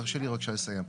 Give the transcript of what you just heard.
תרשה לי בבקשה לסיים.